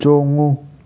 ꯆꯣꯡꯉꯨ